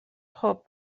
خوب